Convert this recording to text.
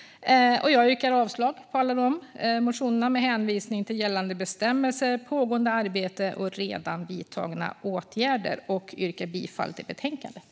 Jag yrkar avslag på alla reservationer med hänvisning till gällande bestämmelser, pågående arbete och redan vidtagna åtgärder och yrkar bifall till förslaget i betänkandet.